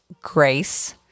Grace